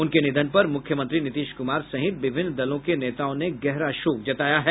उनके निधन पर मुख्यमंत्री नीतीश कुमार सहित विभिन्न दलों के नेताओं ने गहरा शोक जताया है